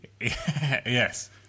Yes